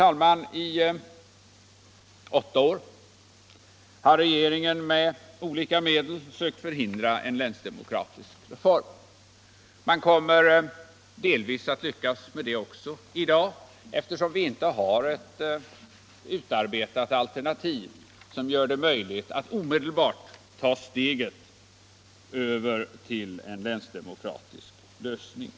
I åtta år har regeringen med olika medel sökt förhindra en länsdemokratisk reform. Det kommer också delvis att lyckas i dag, eftersom vi inte har utarbetat alternativ som gör det möjligt att omedelbart ta steget över till en länsdemokratisk lösning.